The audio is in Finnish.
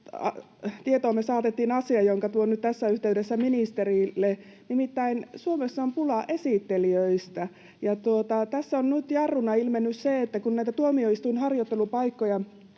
tietoomme saatettiin asia, jonka tuon nyt tässä yhteydessä ministerille. Nimittäin Suomessa on pulaa esittelijöistä, ja tässä on nyt jarruna ilmennyt se, että kun näitä tuomioistuinharjoittelupaikkoja